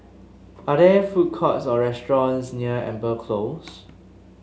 are there food courts or restaurants near Amber Close